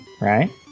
right